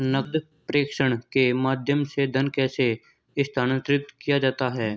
नकद प्रेषण के माध्यम से धन कैसे स्थानांतरित किया जाता है?